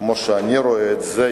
כמו שאני רואה את זה.